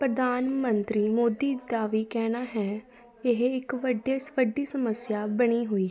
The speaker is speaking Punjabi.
ਪ੍ਰਧਾਨ ਮੰਤਰੀ ਮੋਦੀ ਦਾ ਵੀ ਕਹਿਣਾ ਹੈ ਇਹ ਇੱਕ ਵੱਡੇ ਵੱਡੀ ਸਮੱਸਿਆ ਬਣੀ ਹੋਈ ਹੈ